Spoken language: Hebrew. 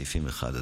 סעיפים 1 4